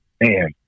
man